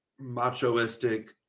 machoistic